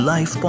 Life